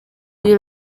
you